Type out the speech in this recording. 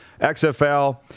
XFL